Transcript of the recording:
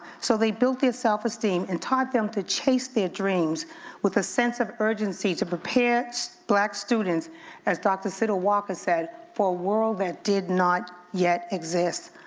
so they built their self-esteem and taught them to chase their dreams with a sense of urgency to prepare black students as dr. siddle walker said, for a world that did not yet exist.